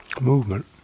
movement